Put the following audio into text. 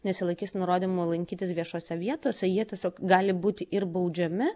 nesilaikys nurodymų lankytis viešose vietose jie tiesiog gali būti ir baudžiami